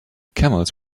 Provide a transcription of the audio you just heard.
camels